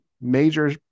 major